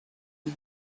and